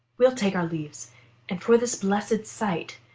we'll take our leaves and, for this blessed sight,